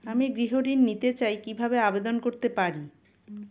আমি গৃহ ঋণ নিতে চাই কিভাবে আবেদন করতে পারি?